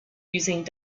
using